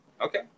okay